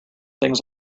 things